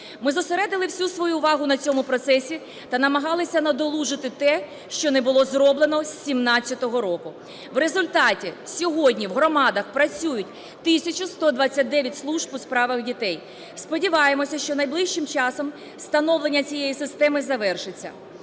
Ми зосередили всю свою увагу на цьому процесі та намагалися надолужити те, що не було зроблено з 17-го року. В результаті сьогодні в громадах працюють 1 тисяча 129 служб у справах дітей. Сподіваємося, що найближчим часом встановлення цієї системи завершиться.